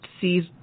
sees